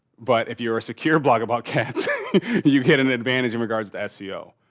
but if you're a secure blog about cats you get an advantage in regards to seo.